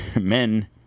men